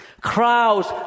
Crowds